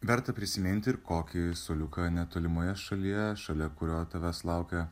verta prisiminti ir kokį suoliuką netolimoje šalyje šalia kurio tavęs laukia